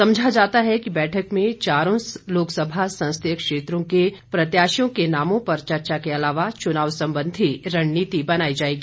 समझा जाता है कि बैठक में चारों लोकसभा संसदीय क्षेत्रों के प्रत्याशियों के नामों पर चर्चा के अलावा चुनाव संबंधी रणनीति बनाई जाएगी